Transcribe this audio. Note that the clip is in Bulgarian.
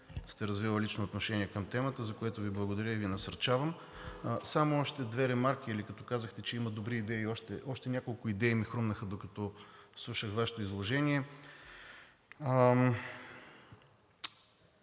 сте развили лично отношение към темата, за което Ви благодаря и Ви насърчавам. Само още две ремарки. Като казахте, че има добри идеи, още няколко идеи ми хрумнаха, докато слушах Вашето изложение.